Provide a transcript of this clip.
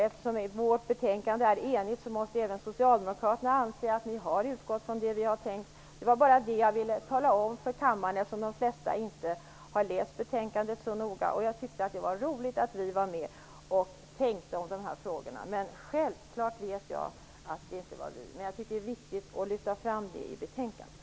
Eftersom utskottets betänkande är enhälligt måste även ni socialdemokrater anse att ni har utgått från det. Det var bara det jag ville tala om för kammaren, eftersom de flesta inte har läst betänkandet så noga. Jag tyckte att det var roligt att vi var med och tänkte i de här frågorna, och jag tyckte att det var viktigt att lyfta fram det. Men självklart vet jag att vi inte har infört IT i Sverige.